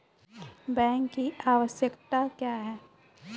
Bank की आवश्यकता क्या हैं?